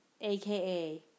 AKA